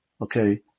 okay